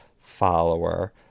follower